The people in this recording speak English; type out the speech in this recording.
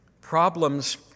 Problems